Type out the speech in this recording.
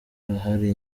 hari